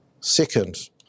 Second